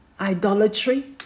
Idolatry